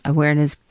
Awareness